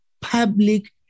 public